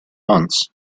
months